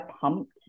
pumped